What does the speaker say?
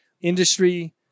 Industry